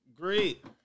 great